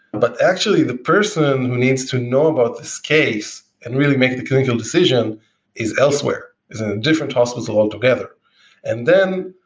but actually the person who needs to know about this case and really make a clinical decision is elsewhere, is in different hospital altogether and then,